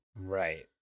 Right